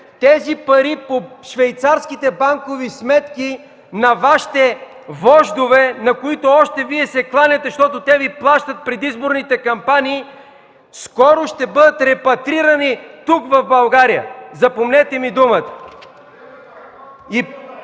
тези пари от швейцарските банкови сметки на Вашите вождове, на които Вие още се кланяте, защото те Ви плащат предизборните кампании, скоро ще бъдат репатрирани тук, в България. Запомнете ми думата.